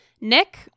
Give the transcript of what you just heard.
Nick